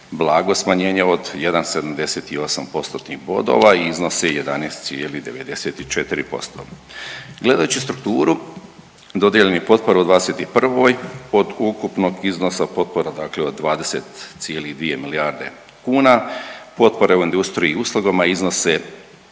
blago smanjenje od 1,78%-tnih bodova i iznose 11,94%. Gledajući strukturu dodijeljenih potpora u '21. od ukupnog iznosa potpora od 20,2 milijarde kuna potpore u industriji i uslugama iznose